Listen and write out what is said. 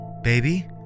Baby